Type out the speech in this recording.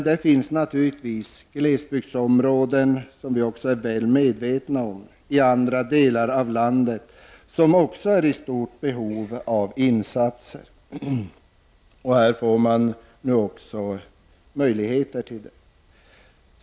Det finns naturligtvis även i andra delar av landet glesbygdsområden som är i stort behov av insatser. Här ges nu möjligheter att göra sådana.